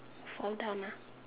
fall down ah